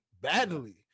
badly